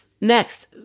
Next